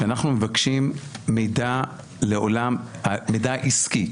כשאנחנו מבקשים מידע לעולם המידע העסקי,